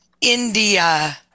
India